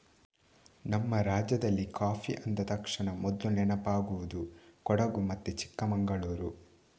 ನಮ್ಮ ರಾಜ್ಯದಲ್ಲಿ ಕಾಫಿ ಅಂದ ತಕ್ಷಣ ಮೊದ್ಲು ನೆನಪಾಗುದು ಕೊಡಗು ಮತ್ತೆ ಚಿಕ್ಕಮಂಗಳೂರು